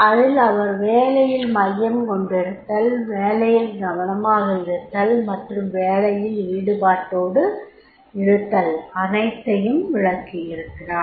அதில் அவர் வேலையில் மையம் கொண்டிருத்தல் வேலையில் கவனமாக இருத்தல் மற்றும் வேலையில் ஈடுபாட்டோடு இருத்தல் அனைத்தையும் விளக்கியிருக்கிறார்